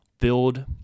build